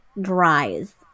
dries